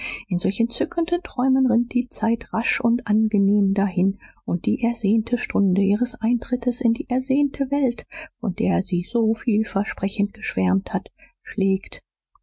in solch entzückenden träumen rinnt die zeit rasch und angenehm dahin und die ersehnte stunde ihres eintrittes in die ersehnte welt von der sie so vielversprechend geschwärmt hat schlägt